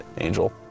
Angel